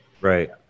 right